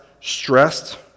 stressed